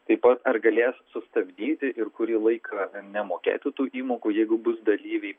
taip pat ar galės sustabdyti ir kurį laiką nemokėti tų įmokų jeigu bus dalyviai